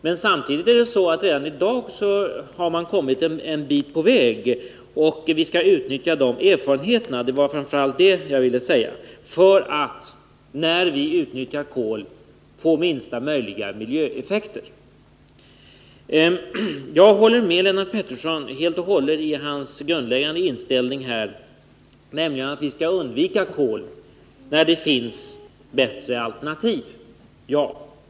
Men samtidigt har man redan i dag kommit en bit på väg, och vi skall utnyttja de erfarenheterna — det var framför allt det jag ville säga — för att, när vi utnyttjar kol, få minsta möjliga miljöeffekter. Jag delar Lennart Petterssons grundläggande inställning att vi skall undvika kol, när det finns bättre alternativ.